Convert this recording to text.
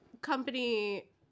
company